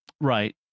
Right